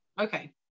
okay